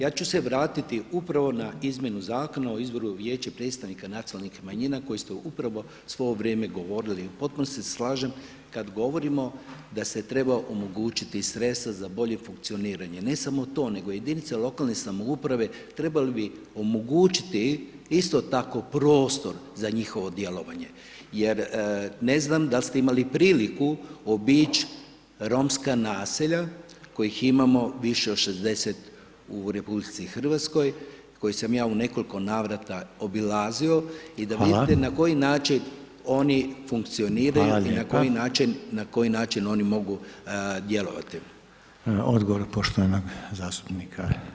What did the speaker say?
Ja ču se vratiti upravo na izmjenu Zakona o izboru vijeća i predstavnika nacionalnih manjina koji ste upravo svo ovo vrijeme govorili, potpuno se slažem kad govorimo da se trebalo omogućiti sredstva za bolje funkcioniranje, ne samo to nego jedinice lokalne samouprave trebale bi omogućiti isto tako prostor za njihovo djelovanje jer ne znam dal' ste imali priliku obići romska naselja kojih imamo više od 60 u RH koje sam ja u nekoliko navrata obilazio i da vidite na koji način oni funkcioniraju i na koji način oni mogu djelovati.